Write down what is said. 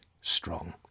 strong